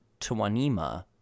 Tuanima